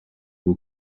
will